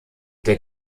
der